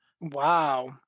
Wow